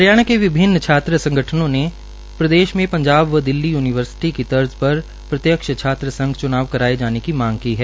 हरियाणा के विभिन्न छात्र संगठनों ने प्रदेश में पंजाब व दिल्ली यूनिवर्सिटी की तर्ज पर प्रत्यक्ष छात्र संघ च्नाव करवाए जाने की मांग की है